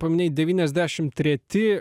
paminėjai devyniasdešimt treti